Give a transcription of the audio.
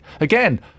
Again